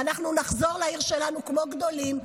ואנחנו נחזור לעיר שלנו כמו גדולים.